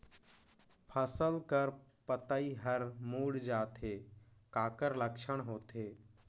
फसल कर पतइ हर मुड़ जाथे काकर लक्षण होथे?